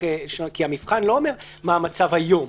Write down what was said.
המבחן לא אומר מה המצב היום.